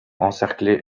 encerclée